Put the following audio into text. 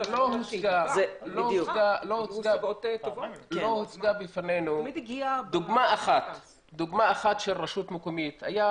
לא הוצגה בפנינו דוגמה אחת של רשות מקומית היה